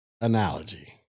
analogy